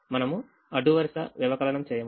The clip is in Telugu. మనము అడ్డు వరుస వ్యవకలనం చేయము